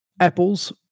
apples